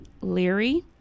Leary